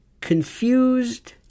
confused